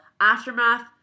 Aftermath